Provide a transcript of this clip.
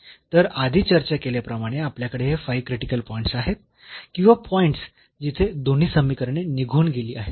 तर आधी चर्चा केल्याप्रमाणे आपल्याकडे हे 5 क्रिटिकल पॉईंट्स आहेत किंवा पॉईंट्स जिथे दोन्ही समीकरणे निघून गेली आहेत